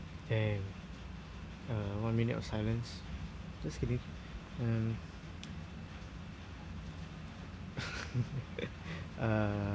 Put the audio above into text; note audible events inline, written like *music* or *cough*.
kay one minute of silence just kidding um *laughs* err